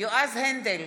יועז הנדל,